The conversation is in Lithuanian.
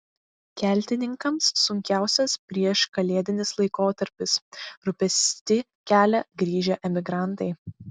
keltininkams sunkiausias prieškalėdinis laikotarpis rūpestį kelia grįžę emigrantai